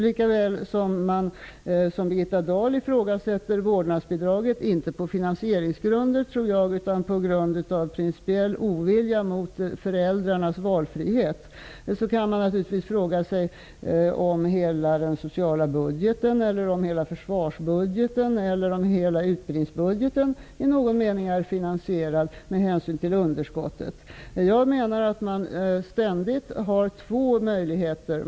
Lika väl som Birgitta Dahl ifrågasätter vårdnadsbidraget, inte på finansieringsgrunder utan av principiell ovilja mot föräldrarnas valfrihet, kan man naturligtvis fråga sig om hela den sociala budgeten, hela försvarsbudgeten eller utbildningsbudgeten i någon mening är finansierad med hänsyn till underskottet. Jag menar att man ständigt har två möjligheter.